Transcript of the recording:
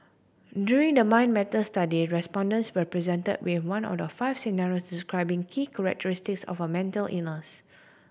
during the Mind Matters study respondents were presented with one of five scenarios describing key characteristics of a mental illness